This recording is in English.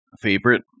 favorite